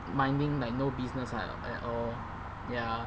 minding like no business like at all ya